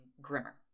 Grimmer